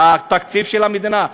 לתקציב של המדינה.